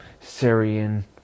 Syrian